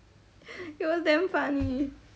it was damn funny